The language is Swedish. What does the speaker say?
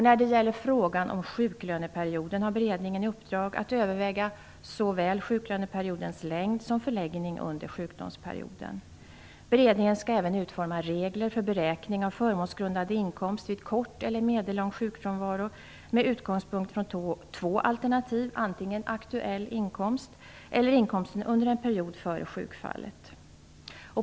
När det gäller frågan om sjuklöneperioden har beredningen i uppdrag att överväga såväl sjuklöneperiodens längd som dess förläggning under sjukdomsperioden. Beredningen skall även utforma regler för beräkning av förmånsgrundande inkomst vid kort eller medellång sjukfrånvaro, med utgångspunkt i två alternativ: antingen aktuell inkomst eller inkomsten under en period före sjukfallet.